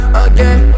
again